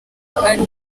ari